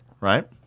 right